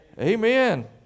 Amen